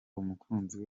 umukunzi